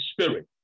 Spirit